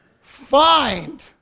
Find